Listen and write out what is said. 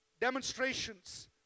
demonstrations